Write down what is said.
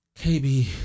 KB